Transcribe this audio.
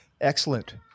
Excellent